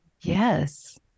yes